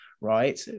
right